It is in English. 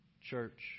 Church